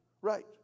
Right